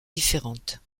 différentes